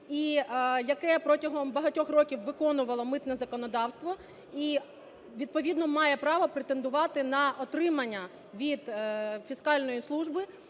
яке протягом багатьох років виконувало митне законодавство і відповідно має право на отримання від Фіскальної служби